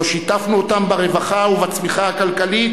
לא שיתפנו אותם ברווחה ובצמיחה הכלכלית